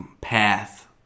path